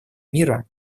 мира